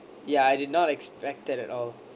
ya I did not expected at all